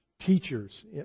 teachers